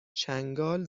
چنگال